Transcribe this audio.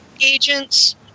agents